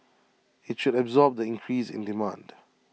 IT should absorb the increase in demand